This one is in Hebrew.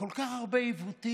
שיש כל כך הרבה עיוותים,